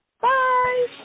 Bye